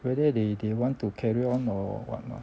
whether they they want to carry on or what or not